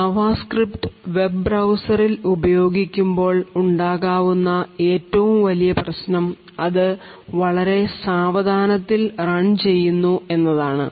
JavaScript web ബ്രൌസറിൽ ഉപയോഗിക്കുമ്പോൾ ഉണ്ടാകാവുന്ന ഏറ്റവും വലിയ പ്രശ്നം അത് വളരെ വരെ സാവധാനത്തിൽ run ചെയ്യുന്നു എന്നതാണ്